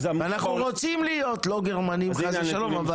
אנחנו רוצים להיות לא גרמנים חס ושלום,